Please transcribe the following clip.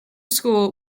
school